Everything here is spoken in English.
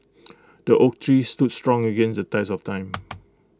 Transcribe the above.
the oak tree stood strong against the test of time